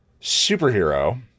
superhero